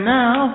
now